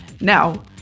Now